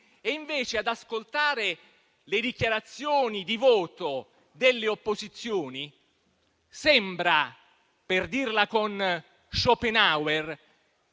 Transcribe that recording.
Invece, ad ascoltare le dichiarazioni di voto delle opposizioni, sembra - per dirla con Schopenhauer